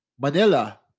Manila